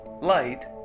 light